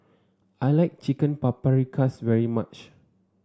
I like Chicken Paprikas very much